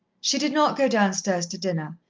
she did not go downstairs to dinner,